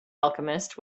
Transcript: alchemist